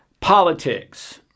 politics